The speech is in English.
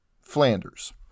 Flanders